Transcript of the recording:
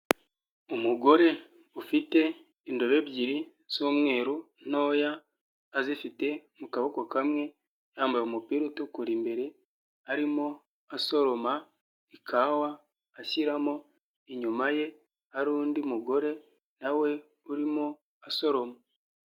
Umugore ufite indobo ebyiri z'umweru ntoya azifite mu kaboko kamwe yambaye umupira utukura imbere, arimo asoroma ikawa ashyiramo, inyuma ye hari undi mugore nawe urimo asoroma.